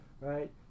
right